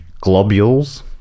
globules